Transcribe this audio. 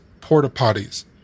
porta-potties